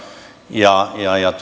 ja